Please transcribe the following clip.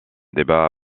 débat